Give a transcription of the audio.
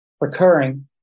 recurring